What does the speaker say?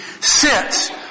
sits